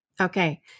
Okay